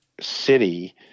City